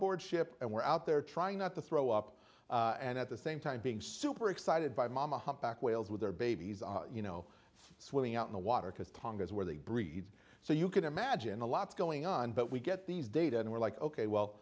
board ship and we're out there trying not to throw up and at the same time being super excited by mama humpback whales with their babies you know swimming out in the water because tong is where they breed so you can imagine a lot's going on but we get these data and we're like ok well